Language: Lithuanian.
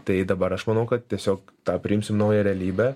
tai dabar aš manau kad tiesiog tą priimsim naują realybę